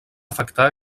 afectar